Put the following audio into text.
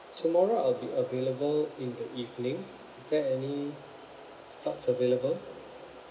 tomorrow I'll be available in the evening is there any slots available